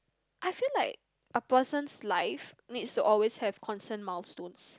I feel like a person's life needs to always have constant milestones